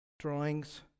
drawings